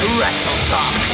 WrestleTalk